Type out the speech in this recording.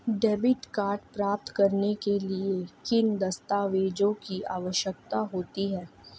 Debit card प्राप्त करने के लिए किन दस्तावेज़ों की आवश्यकता होती है?